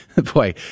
Boy